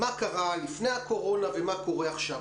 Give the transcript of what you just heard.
מה קרה לפני הקורונה ומה קורה עכשיו.